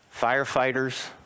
firefighters